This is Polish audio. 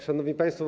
Szanowni Państwo!